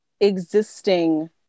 existing